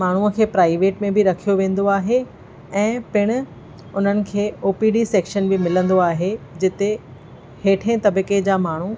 माण्हूअ खे प्राइवेट में बि रखियो वेंदो आहें ऐं पिण उन्हनि खे ओपीडी सेक्शन बि मिलंदो आहे जिते हेठ तबिके जा माण्हू